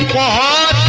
la